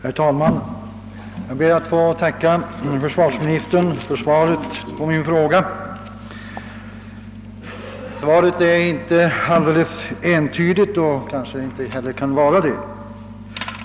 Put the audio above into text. Herr talman! Jag ber att få tacka försvarsministern för svaret på min fråga. Svaret är inte entydigt och det kanske inte heller kan vara det.